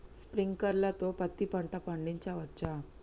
Sprinkler తో పత్తి పంట పండించవచ్చా?